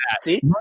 See